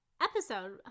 Episode